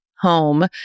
home